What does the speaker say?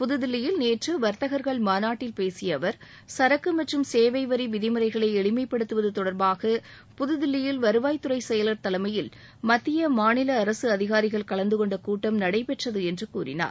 புதுதில்லியில் நேற்று வர்த்தகர்கள் மாநாட்டில் பேசிய அவர் சரக்கு மற்றும் சேவை வரி விதிமுறைகளை எளிமைப்படுத்துவது தொடர்பாக புதுதில்லியில் வருவாய் துறை செயலர் தலைமையில் மத்திய மாநில அரசு அதிகாரிகள் கலந்துகொண்ட கூட்டம் நடைபெற்றது என்று கூறினார்